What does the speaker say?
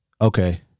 Okay